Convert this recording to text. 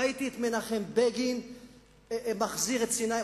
ראיתי את מנחם בגין מחזיר את סיני,